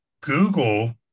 Google